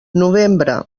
novembre